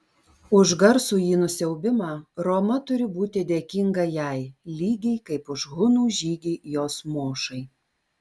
už garsųjį nusiaubimą roma turi būti dėkinga jai lygiai kaip už hunų žygį jos mošai